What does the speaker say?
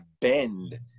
bend